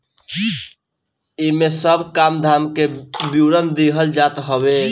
इमे सब काम धाम के विवरण देहल जात हवे